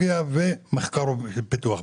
וטכנולוגיה ומחקר ופיתוח.